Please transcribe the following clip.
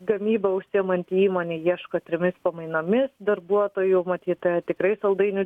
gamyba užsiimanti įmonė ieško trimis pamainomis darbuotojų matyt tikrai saldainių